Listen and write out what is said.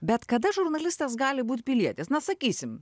bet kada žurnalistas gali būt pilietis na sakysim